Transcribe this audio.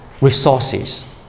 resources